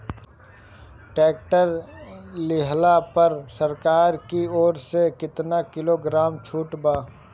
Tractor लिहला पर सरकार की ओर से केतना किलोग्राम छूट बा?